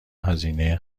هزینه